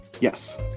Yes